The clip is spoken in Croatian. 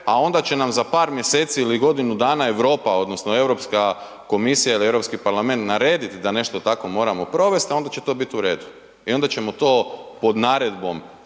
a onda će nam za par mjeseci ili godinu dana Europa odnosno EU komisija ili EU parlament narediti da nešto tako moramo provesti, onda će to biti u redu. I ona ćemo to pod naredbom